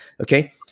Okay